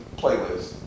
playlist